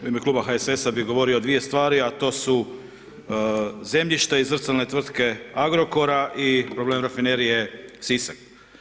U ime Kluba HSS-a bih govorio tri stvari a to su zemljišta i zrcalne tvrtke Agrokora i problem rafinerije Sisak.